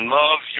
love